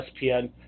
ESPN